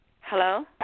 Hello